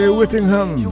Whittingham